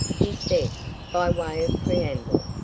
he said by way of preamble.